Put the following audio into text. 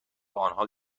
آنها